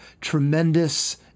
tremendous